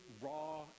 raw